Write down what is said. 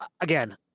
again